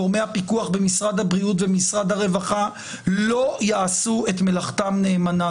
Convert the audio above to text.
גורמי הפיקוח במשרד הבריאות ומשרד הרווחה לא יעשו את עבודתם נאמנה.